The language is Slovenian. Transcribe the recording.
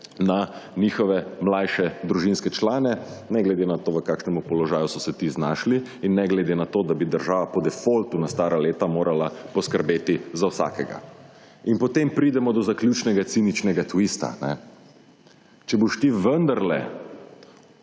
na njihove mlajše družinske člane, ne glede na to, v kakšnemu položaju so se ti znašli, in ne glede na to, da bi država po defoltu, na stara leta morala poskrbeti za vsakega. In potem pridemo do zaključnega ciničnega twistta. Če boš ti vendarle